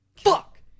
fuck